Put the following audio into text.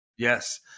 Yes